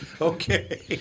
Okay